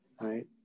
right